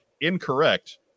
Incorrect